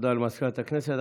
תודה לסגנית מזכיר הכנסת.